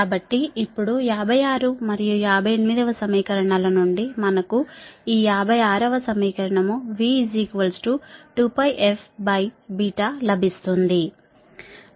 కాబట్టి ఇప్పుడు 56 మరియు 58 వ సమీకరణాల నుండి మనకు ఈ 56 వ సమీకరణం v 2f లభిస్తుంది